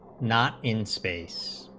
not in space,